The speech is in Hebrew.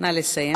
נא לסיים.